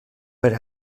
per